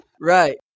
right